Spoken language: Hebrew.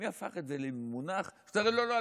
מי הפך את זה למונח שאז אתה אומר: לא לא,